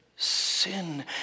sin